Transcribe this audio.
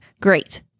Great